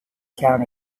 town